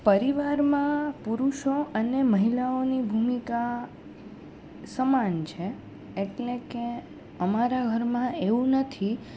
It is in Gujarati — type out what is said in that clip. પરિવારમાં પુરુષો અને મહિલાઓની ભૂમિકા સમાન છે એટલે કે અમારા ઘરમાં એવું નથી